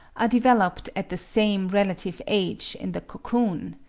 are developed at the same relative age in the cocoon.